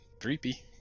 creepy